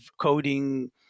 coding